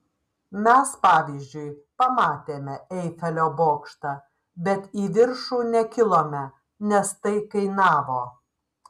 mes pavyzdžiui pamatėme eifelio bokštą bet į viršų nekilome nes tai kainavo